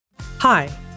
Hi